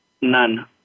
None